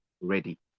ready